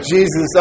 Jesus